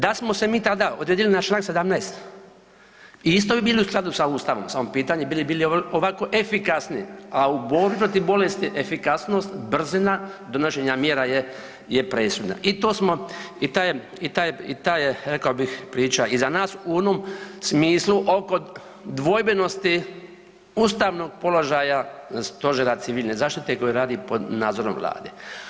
Da smo se mi tada odredili na čl. 17. i isto bi bili u skladu sa ustavom, samo pitanje bi li bili ovako efikasni, a u borbi protiv bolesti efikasnost, brzina donošenja mjera je, je presudna i to smo i ta je i ta je i taj je rekao bih priča iza nas u onom smislu oko dvojbenosti ustavnog položaja stožera civilne zaštite koji radi pod nadzorom vlade.